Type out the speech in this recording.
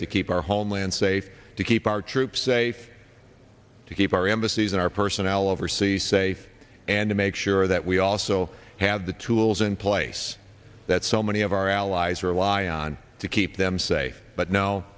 to keep our homeland safe to keep our troops say to keep our embassies our personnel overseas say and to make sure that we also have the tools in place that so many of our allies rely on to keep them say but now